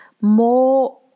more